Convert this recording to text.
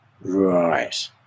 Right